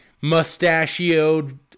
mustachioed